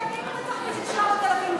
שישה ילדים, שישה ילדים אתה צריך בשביל 3,000 שקל.